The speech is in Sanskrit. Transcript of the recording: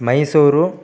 मैसूरु